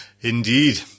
Indeed